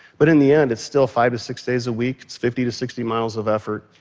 but in the end, it's still five to six days a week, it's fifty to sixty miles of effort,